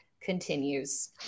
continues